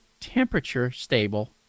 temperature-stable